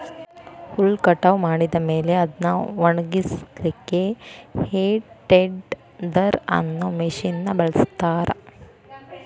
ಹುಲ್ಲ್ ಕಟಾವ್ ಮಾಡಿದ ಮೇಲೆ ಅದ್ನ ಒಣಗಸಲಿಕ್ಕೆ ಹೇ ಟೆಡ್ದೆರ್ ಅನ್ನೋ ಮಷೇನ್ ನ ಬಳಸ್ತಾರ